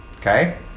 Okay